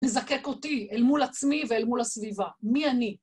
לזקק אותי אל מול עצמי ואל מול הסביבה. מי אני?